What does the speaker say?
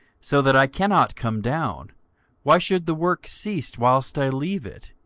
so that i cannot come down why should the work cease, whilst i leave it,